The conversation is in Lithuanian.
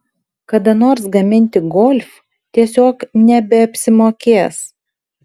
kada nors gaminti golf tiesiog nebeapsimokės